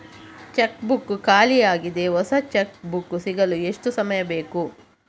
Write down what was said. Check book ಖಾಲಿ ಯಾಗಿದೆ, ಹೊಸ ಚೆಕ್ ಬುಕ್ ಸಿಗಲು ಎಷ್ಟು ಸಮಯ ಬೇಕು?